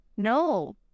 No